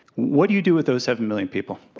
what do you do with those seven million people?